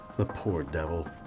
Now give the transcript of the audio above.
the poor devil.